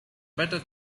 better